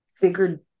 bigger